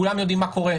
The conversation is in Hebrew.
כולם יודעים מה קורה,